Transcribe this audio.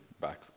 back